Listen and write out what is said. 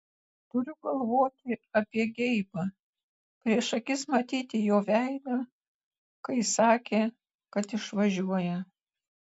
turiu galvoti apie geibą prieš akis matyti jo veidą kai sakė kad išvažiuoja